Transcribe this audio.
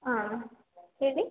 ಹಾಂ ಹೇಳಿ